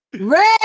red